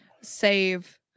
save